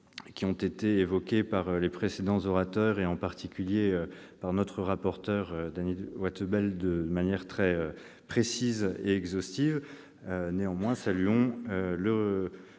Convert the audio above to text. qui ont déjà été évoquées par les précédents orateurs et, en particulier, par notre rapporteur Dany Wattebled, de manière très précise et exhaustive. Saluons seulement le